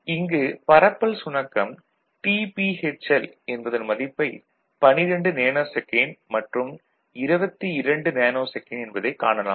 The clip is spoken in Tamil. இங்கு பரப்பல் சுணக்கம் tPHL என்பதன் மதிப்பை 12 நேநோ செகண்ட் மற்றும் 22 நேநோ செகண்ட் என்பதைக் காணலாம்